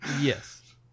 Yes